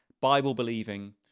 Bible-believing